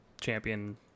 champion